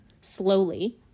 slowly